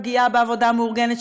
זה לא בגלל הפגיעה בעבודה המאורגנת,